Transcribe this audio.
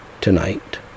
tonight